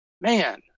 man